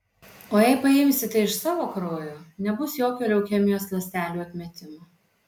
o jei paimsite iš savo kraujo nebus jokio leukemijos ląstelių atmetimo